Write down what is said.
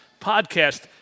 Podcast